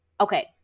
Okay